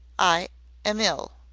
i am ill.